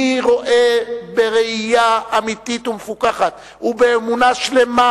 אני רואה בראייה אמיתית ומפוקחת ובאמונה שלמה